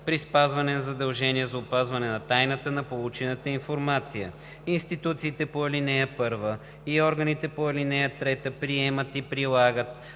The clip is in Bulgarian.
при спазване на задължение за опазване тайната на получената информация. Институциите по ал. 1 и органите по ал. 3 приемат и прилагат